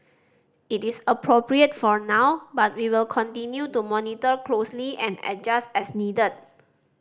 it is appropriate for now but we will continue to monitor closely and adjust as needed